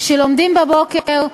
שלומדים בבוקר,